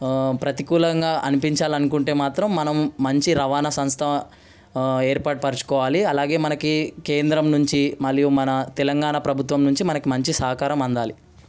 ప్రతికూలంగా అనిపించాలి అనుకుంటే మాత్రం మనం మంచి రవాణా సంస్థ ఏర్పాటు పరచుకోవాలి అలాగే మనకి కేంద్రం నుంచి మరియు మన తెలంగాణ ప్రభుత్వం నుంచి మనకు మంచి సహకారం అందాలి